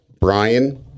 Brian